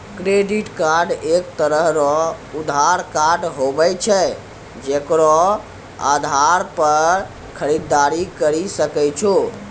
credit card एक तरह रो उधार कार्ड हुवै छै जेकरो आधार पर खरीददारी करि सकै छो